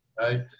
right